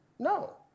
No